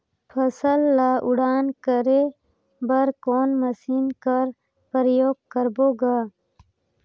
फसल ल उड़ान करे बर कोन मशीन कर प्रयोग करबो ग?